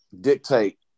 dictate